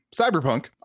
cyberpunk